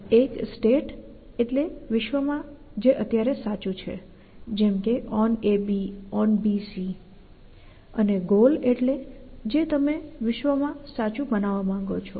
એક સ્ટેટ એટલે વિશ્વમાં જે અત્યારે સાચું છે જેમ કે OnAB OnBC અને ગોલ એટલે જે તમે વિશ્વમાં સાચું બનાવા માંગો છો